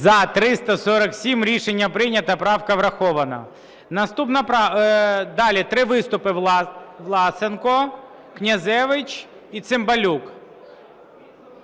За-347 Рішення прийнято. Правка врахована. Наступна… Далі три виступи: Власенко, Князевич і Цимбалюк.